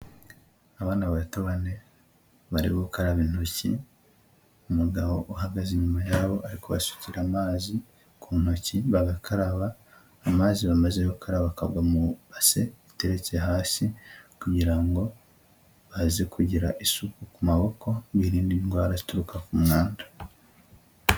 Abana bato bane bari gukaraba intoki, umugabo uhagaze inyuma yabo ari kabasukira amazi ku ntoki bagakaraba, amazi bamaze gukaraba akagwa mu ibase iteretse hasi kugira ngo baze kugira isuku ku maboko, birinde indwara zituruka ku mwanda.